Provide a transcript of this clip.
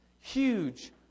Huge